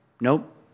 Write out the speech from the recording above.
Nope